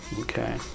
Okay